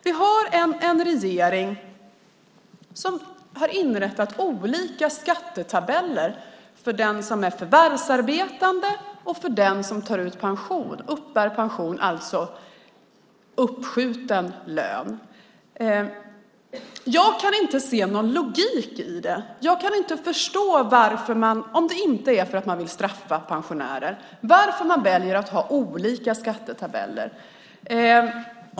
Vi har en regering som har inrättat olika skattetabeller för den som är förvärvsarbetande och för den som uppbär pension, alltså uppskjuten lön. Jag kan inte se någon logik i det. Jag kan inte förstå, om det inte är för att bestraffa pensionärer, varför man väljer att ha olika skattetabeller.